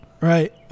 Right